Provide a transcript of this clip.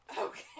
Okay